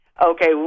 Okay